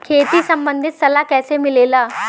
खेती संबंधित सलाह कैसे मिलेला?